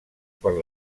per